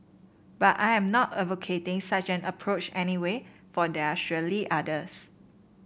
but I am not advocating such an approach anyway for there are surely others